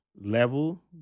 level